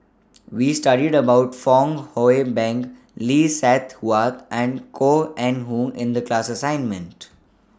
We studied about Fong Hoe Beng Lee Seng Huat and Koh Eng Hoon in The class assignment